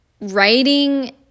writing